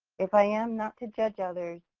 if i am not to judge others,